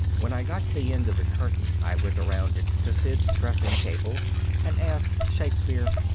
when i got to the end of the curtain i went around it to sid's dressing table and asked shakespeare,